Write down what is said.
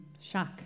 Shock